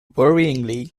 worryingly